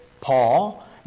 Paul